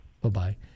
Bye-bye